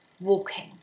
walking